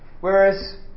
Whereas